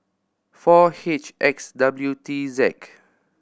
four H X W T Z